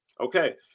Okay